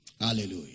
Hallelujah